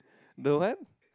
no one